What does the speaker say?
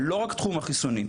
לא רק תחום החיסונים.